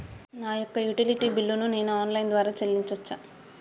నా యొక్క utility bill ను నేను ఆన్ లైన్ ద్వారా చెల్లించొచ్చా?